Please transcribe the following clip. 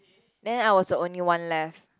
then I was the only one left